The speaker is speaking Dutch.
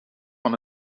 van